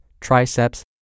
triceps